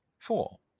Four